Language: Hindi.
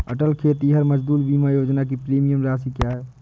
अटल खेतिहर मजदूर बीमा योजना की प्रीमियम राशि क्या है?